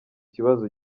kibazo